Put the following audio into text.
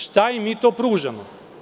Šta im mi to pružamo?